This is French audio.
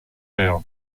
mer